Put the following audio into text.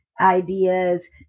ideas